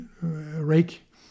rake